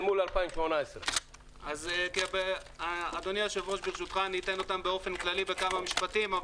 אל מול 2018. אז ברשותך אתן אותם באופן כללי בכמה משפטים,